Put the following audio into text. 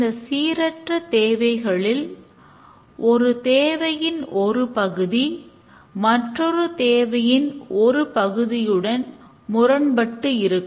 இந்த சீரற்ற தேவைகளில் ஒரு தேவையின் ஒரு பகுதி மற்றொரு தேவையின் ஒரு பகுதியுடன் முரண்பட்டு இருக்கும்